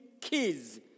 kids